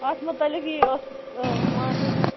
اَتھ مُتعلِق یی اوس وَن حظ